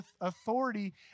authority